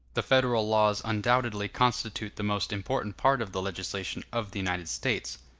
the federal laws undoubtedly constitute the most important part of the legislation of the united states.